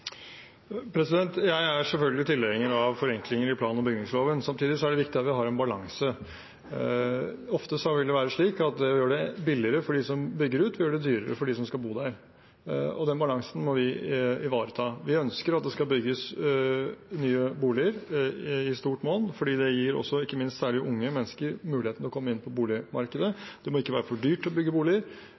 Samtidig er det viktig at vi har en balanse. Ofte vil det være slik at det gjør det billigere for dem som bygger ut, og dyrere for dem som skal bo der. Den balansen må vi ivareta. Vi ønsker at det skal bygges nye boliger i stort monn fordi det gir ikke minst unge mennesker mulighet til å komme inn på boligmarkedet. Det må ikke være for dyrt å bygge boliger,